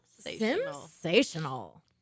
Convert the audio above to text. Sensational